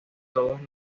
todos